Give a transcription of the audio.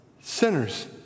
sinners